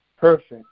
perfect